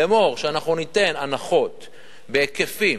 לאמור, אנחנו ניתן הנחות בהיקפים